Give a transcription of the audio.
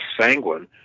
sanguine